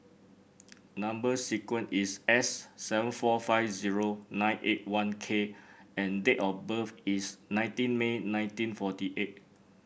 number sequence is S seven four five zero nine eight one K and date of birth is nineteen May nineteen forty eight